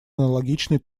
аналогичной